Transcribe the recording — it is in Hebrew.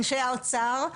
אנשי האוצר,